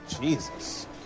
Jesus